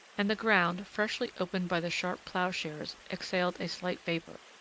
and the ground, freshly opened by the sharp ploughshares, exhaled a slight vapor.